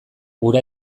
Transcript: hura